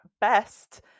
best